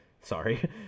Sorry